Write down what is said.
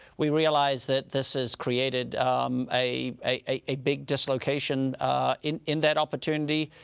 we realize that this has created a a big dislocation in in that opportunity.